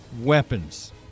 weapons